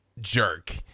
jerk